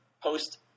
post